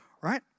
right